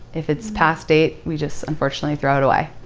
if it's past date, we just, unfortunately, throw it away.